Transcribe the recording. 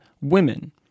women